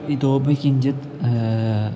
इतोपि किञ्चित्